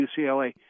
UCLA